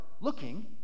looking